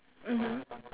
mmhmm